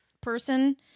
person